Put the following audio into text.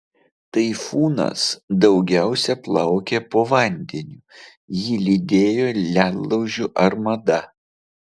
taifūnas daugiausia plaukė po vandeniu jį lydėjo ledlaužių armada